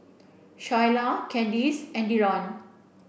Shyla Kandice and Dillon